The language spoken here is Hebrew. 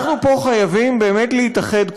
אנחנו פה חייבים באמת להתאחד,